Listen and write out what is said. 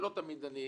שלא תמיד,